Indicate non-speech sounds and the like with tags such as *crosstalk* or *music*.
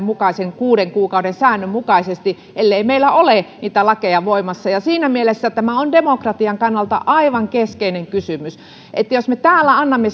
*unintelligible* mukaisen kuuden kuukauden säännön mukaisesti ellei meillä ole niitä lakeja voimassa siinä mielessä tämä on demokratian kannalta aivan keskeinen kysymys että jos me täällä annamme *unintelligible*